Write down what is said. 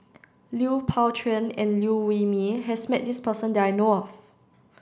Lui Pao Chuen and Liew Wee Mee has met this person that I know of